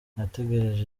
natekereje